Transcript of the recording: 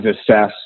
assess